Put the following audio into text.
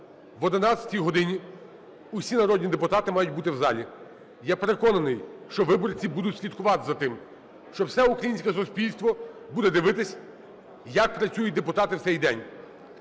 об 11 годині всі народні депутати мають бути в залі. Я переконаний, що виборці будуть слідкувати за тим, що все українське суспільство буде дивитися, як працюють депутати в цей день.